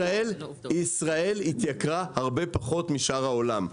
שישראל התייקרה הרבה פחות משאר העולם.